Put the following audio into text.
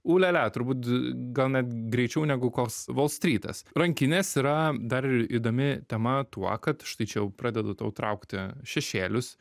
ulialia turbūt gal net greičiau negu koks volstrytas rankinės yra dar įdomi tema tuo kad štai čia jau pradedu tau traukti šešėlius